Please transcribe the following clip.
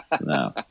no